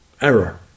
error